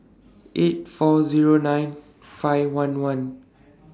eight four Zero nine five one one